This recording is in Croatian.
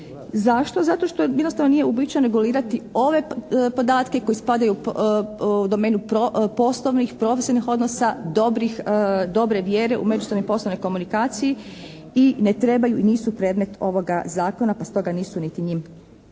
Zašto? Zato što jednostavno nije uobičajeno regulirati ove podatke koji spadaju u domenu poslovnih, profesionalnih odnosa, dobre vjere u međusobnoj poslovnoj komunikaciji i ne trebaju i nisu predmet ovoga Zakona pa stoga nisu niti njim